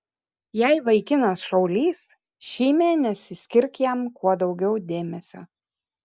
jei vaikinas šaulys šį mėnesį skirk jam kuo daugiau dėmesio